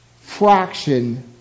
fraction